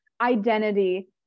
identity